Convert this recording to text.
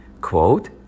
quote